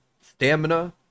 stamina